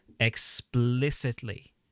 explicitly